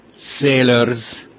sailors